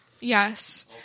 Yes